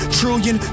trillion